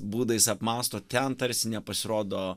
būdais apmąsto ten tarsi nepasirodo